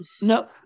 No